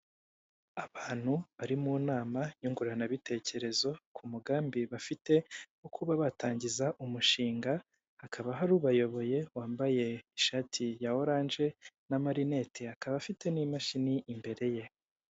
Abantu bari munama nyunguranabikerezo, kumugambi bafite wo kuba batangiza umushinga, hakaba hari ubayoboye wambaye ishati ya oranje n'amarinete akaba afite n'imashini imbere ye.